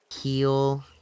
heal